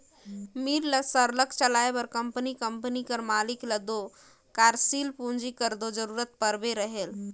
मील ल सरलग चलाए बर कंपनी कंपनी कर मालिक ल दो कारसील पूंजी कर दो जरूरत परते रहेल